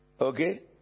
Okay